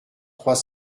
trois